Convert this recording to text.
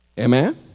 Amen